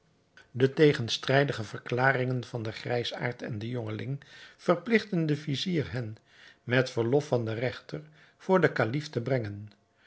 de tegenstrijdige verklaringen van den grijsaard en den jongeling verpligtten den vizier hen met verlof van den regter voor den kalif te brengen